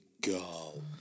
go